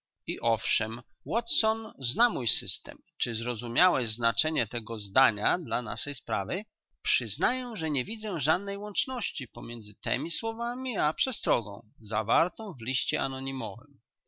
i owszem watson zna mój system czy zrozumiałeś znaczenie tego zdania dla naszej sprawy przyznaję że nie widzę żadnej łączności pomiędzy temi słowami a przestrogą zawartą w liście anonimowym